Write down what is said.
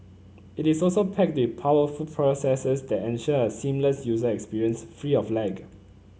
it is also packed they powerful processors that ensure a seamless user experience free of lag